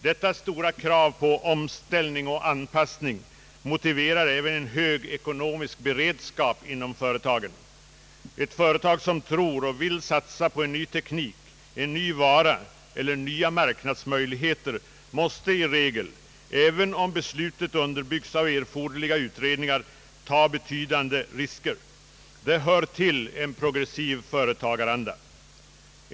Dessa stora krav på omställning och anpassning motiverar även en hög ekonomisk beredskap inom företagen. Ett företag som tror och vill satsa på en ny teknik, en ny vara eller nya marknadsmöjligheter måste i regel, även om beslutet underbyggts av erforderliga utredningar, ta betydande risker. Det hör till en progressiv företagaranda.